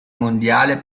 mondiale